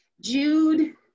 Jude